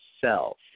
self